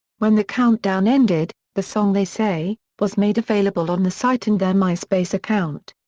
when the countdown ended, the song they say, was made available on the site and their myspace account.